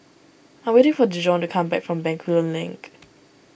I'm waiting for Dijon to come back from Bencoolen Link